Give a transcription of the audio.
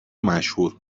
مشهور